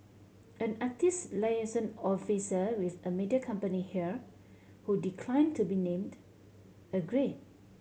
an artist liaison officer with a media company here who declined to be named agreed